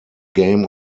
game